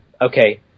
okay